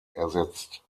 ersetzt